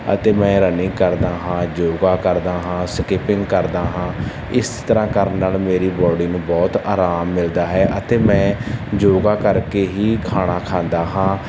ਅਤੇ ਮੈਂ ਰਨਿੰਗ ਕਰਦਾ ਹਾਂ ਯੋਗਾ ਕਰਦਾ ਹਾਂ ਸਕਿਪਿੰਗ ਕਰਦਾ ਹਾਂ ਇਸ ਤਰ੍ਹਾਂ ਕਰਨ ਨਾਲ ਮੇਰੀ ਬੋਡੀ ਨੂੰ ਬਹੁਤ ਅਰਾਮ ਮਿਲਦਾ ਹੈ ਅਤੇ ਮੈਂ ਯੋਗਾ ਕਰਕੇ ਹੀ ਖਾਣਾ ਖਾਂਦਾ ਹਾਂ